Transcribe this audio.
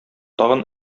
тагын